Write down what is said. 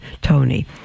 Tony